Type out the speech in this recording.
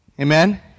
Amen